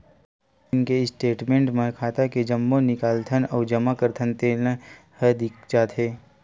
net banking के statement म खाता के जम्मो निकालथन अउ जमा करथन तेन ह दिख जाथे